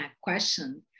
question